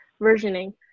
versioning